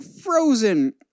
Frozen